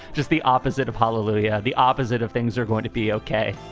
just the opposite of hallelujah. the opposite of things are going to be ok